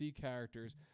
characters